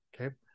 Okay